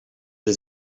des